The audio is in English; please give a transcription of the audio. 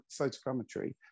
Photogrammetry